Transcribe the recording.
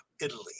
Italy